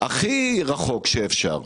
הכי רחוק שאפשר.